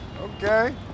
okay